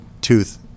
tooth